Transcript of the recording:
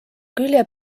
külje